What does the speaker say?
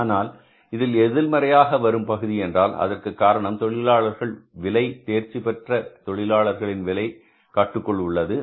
ஆனால் இதில் எதிர்மறையாக வரும் பகுதி என்றால் அதற்கு காரணம் தொழிலாளர்கள் விலை தேர்ச்சி பெற்ற தொழிலாளர்களின் விலை கட்டுக்குள் உள்ளது